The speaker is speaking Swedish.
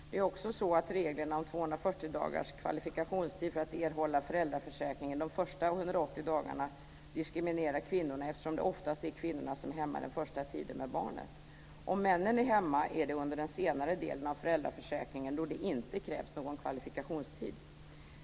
Det är också så att reglerna om 240-dagars kvalifikationstid för att man ska erhålla föräldraförsäkring de första 180 dagarna diskriminerar kvinnorna, eftersom det oftast är kvinnorna som är hemma den första tiden med barnet. Om männen är hemma är de det under den senare delen av föräldraförsäkringen, då det inte krävs någon kvalifikationstid.